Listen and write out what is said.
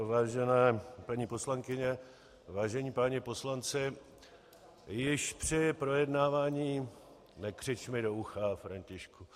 Vážené paní poslankyně, vážení páni poslanci, již při projednávání nekřič mi do ucha, Františku.